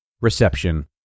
Reception